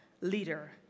leader